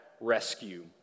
rescue